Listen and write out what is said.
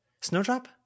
Snowdrop